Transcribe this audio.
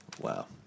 Wow